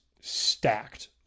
stacked